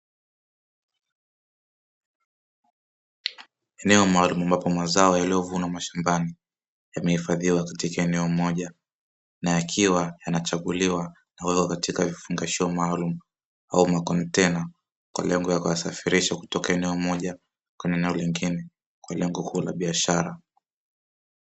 Eneo maalumu ambapo mazao yaliyovunwa mashambani yamehifadhiwa katika eneo moja na yakiwa yanachaguliwa na kuwekwa katika vifungashio maalumu au makontena kwa lengo la kuyasafirisha kutoka eneo moja kwenda eneo lingine kwa lengo kuu la biashara.